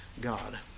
God